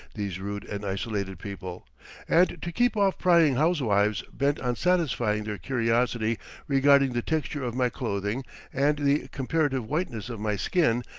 these rude and isolated people and to keep off prying housewives, bent on satisfying their curiosity regarding the texture of my clothing and the comparative whiteness of my skin,